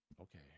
Okay